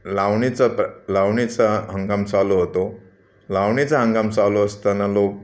लावणीचं प लावणीचा हंगाम चालू होतो लावणीचा हंगाम चालू असताना लोक